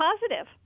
positive